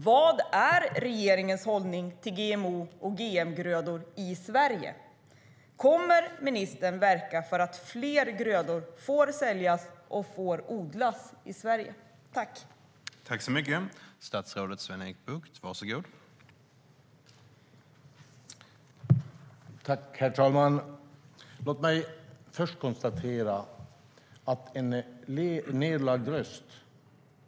Vad är regeringens hållning till GMO och GM-grödor i Sverige? Kommer ministern att verka för att fler grödor får säljas och odlas i Sverige?